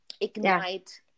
ignite